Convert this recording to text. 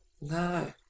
No